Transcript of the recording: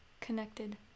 connected